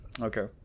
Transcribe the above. Okay